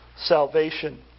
salvation